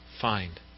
find